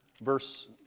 verse